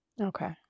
Okay